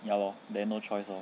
ya lor then no choice lor